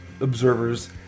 observers